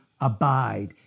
abide